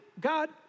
God